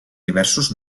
diversos